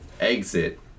exit